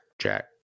Jack